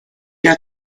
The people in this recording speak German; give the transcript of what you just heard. der